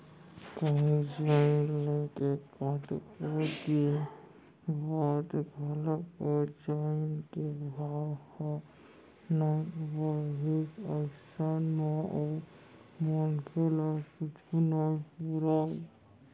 कहूँ जमीन ले के कतको दिन बाद घलोक ओ जमीन के भाव ह नइ बड़हिस अइसन म ओ मनखे ल कुछु नइ पुरय